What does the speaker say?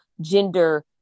gender